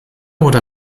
oder